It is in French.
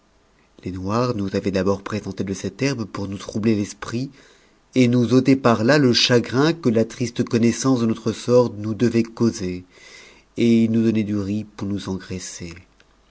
les noirs nous avaient d'abord nrpsenté de cette herbe pour nous troub er l'esprit et nous ôter par là le jjam'in que la triste connaissance de notre sort nous devait causer et i s nous donnaient du riz pour nous engraisser